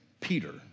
Peter